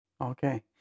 okay